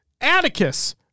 Atticus